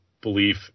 belief